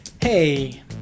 Hey